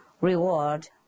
reward